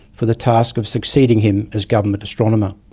for the task of succeeding him as government astronomer.